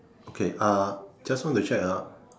okay uh just want to check ah